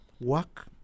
work